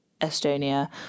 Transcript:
Estonia